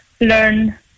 learn